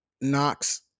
Knox